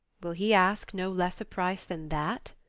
will he ask no less a price than that?